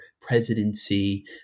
presidency